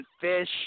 fish